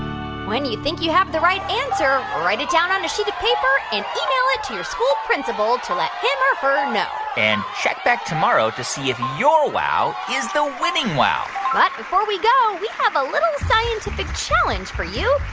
when you think you have the right answer, write it down on a sheet of paper and email it to your school principal to let him or her know and check back tomorrow to see if your wow is the winning wow but before we go, we have a little scientific challenge for you.